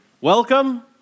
Welcome